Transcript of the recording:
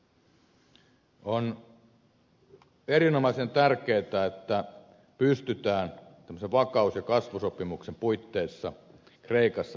on erinomaisen tärkeätä että pystytään tämmöisen vakaus ja kasvusopimuksen puitteissa kreikassa pääsemään eteenpäin